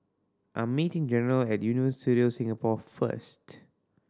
I'm meeting General at Universal Studios Singapore first